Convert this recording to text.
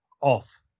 off